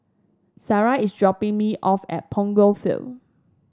Sariah is dropping me off at Punggol Field